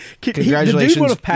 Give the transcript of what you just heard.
Congratulations